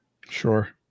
sure